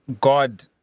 God